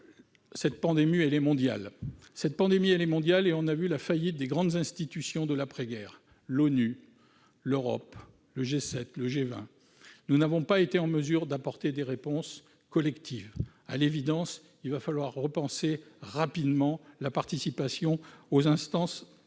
cette pandémie est mondiale et l'on a vu la faillite des grandes institutions de l'après-guerre : l'ONU, l'Europe, le G7, le G20. Nous n'avons pas été en mesure d'apporter des réponses collectives. À l'évidence, il faudra repenser rapidement notre participation aux instances mondiales.